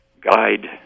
guide